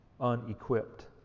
unequipped